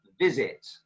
visit